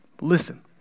Listen